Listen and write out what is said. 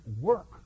work